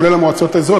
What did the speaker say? כולל המועצות האזוריות,